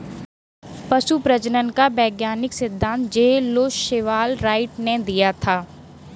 पशु प्रजनन का वैज्ञानिक सिद्धांत जे लुश सीवाल राइट ने दिया था